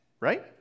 right